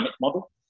model